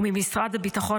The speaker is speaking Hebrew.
וממשרד הביטחון,